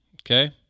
Okay